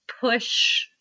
push